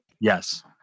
Yes